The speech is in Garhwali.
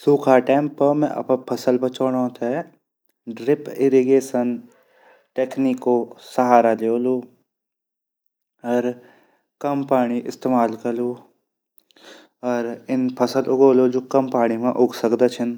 सूखा टाइम पर मैं अपरी फसल बचोंडो ते ड्रिप इरीगेशन टेक्निको सहारा ल्योलु अर कम पाणी इस्तेमाल करलु अर इन फसल उगोलु जु कम पाणी मा उग सकदी ची।